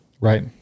right